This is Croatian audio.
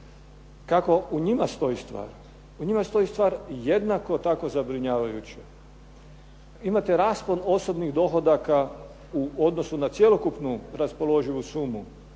Kako u njima stoji stvar? U njima stoji stvar jednako tako zabrinjavajuće. Imate raspon osobnih dohodaka u odnosu na cjelokupnu raspoloživu sumu